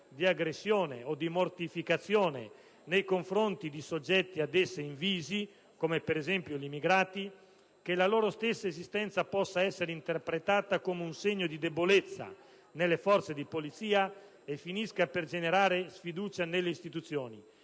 di aggressione o di mortificazione nei confronti di soggetti ad esse invisi, come, per esempio, gli immigrati, e che la loro stessa esistenza possa essere interpretata come un segno di debolezza delle forze di polizia e finisca per generare sfiducia nelle istituzioni;